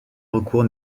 recours